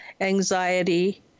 anxiety